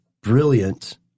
brilliant